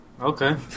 Okay